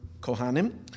Kohanim